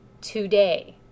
today